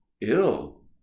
Ill